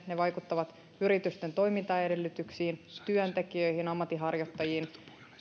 ne vaikuttavat yritysten toimintaedellytyksiin työntekijöihin ammatinharjoittajiin